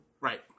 Right